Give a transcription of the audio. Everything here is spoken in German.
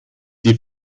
die